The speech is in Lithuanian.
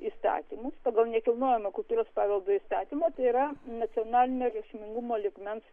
įstatymus pagal nekilnojamo kultūros paveldo įstatymą tai yra nacionalinio reikšmingumo lygmens